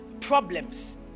problems